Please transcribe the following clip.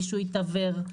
מישהו התעוור,